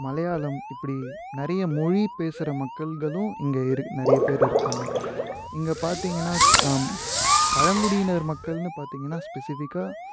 மலையாளம் இப்படி நிறைய மொழி பேசுகிற மக்கள்களும் இங்கே இரு நிறைய பேர் இருக்காங்க இங்கே பார்த்தீங்கன்னா பழங்குடியினர் மக்கள்னு பார்த்தீங்கன்னா ஸ்பெசிஃபிக்காக